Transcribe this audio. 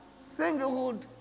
singlehood